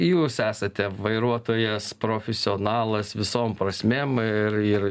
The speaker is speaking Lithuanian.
jūs esate vairuotojas profesionalas visom prasmėm ir ir